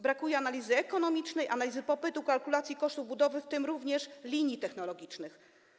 Brakuje analizy ekonomicznej, analizy popytu, kalkulacji kosztów budowy, w tym również linii technologicznych.